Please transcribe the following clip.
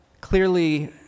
Clearly